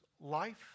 life